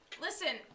Listen